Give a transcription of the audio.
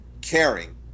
caring